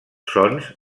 sons